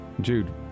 Jude